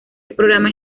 programa